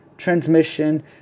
Transmission